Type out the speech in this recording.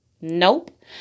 Nope